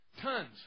Tons